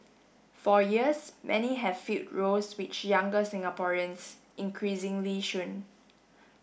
for years many have filled roles which younger Singaporeans increasingly shun